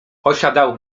osiadał